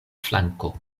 flanko